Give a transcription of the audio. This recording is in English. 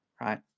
right